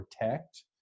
protect